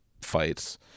fights